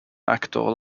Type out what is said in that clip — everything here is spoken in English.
actor